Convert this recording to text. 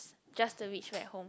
just to reach back home